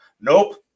Nope